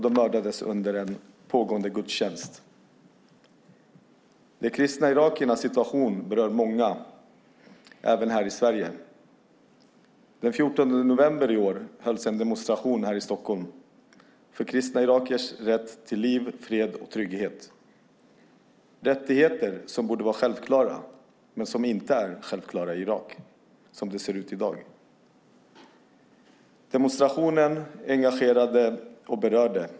De mördades under en pågående gudstjänst. De kristna irakiernas situation berör många även här i Sverige. Den 14 november i år hölls en demonstration här i Stockholm för kristna irakiers rätt till liv, fred och trygghet - rättigheter som borde vara självklara men som inte är självklara i Irak som det ser ut i dag. Demonstrationen engagerade och berörde.